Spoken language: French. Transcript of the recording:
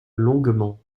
longuement